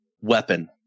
weapon